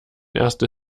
erste